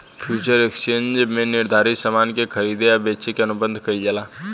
future exchange में निर्धारित सामान के खरीदे आ बेचे के अनुबंध कईल जाला